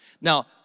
Now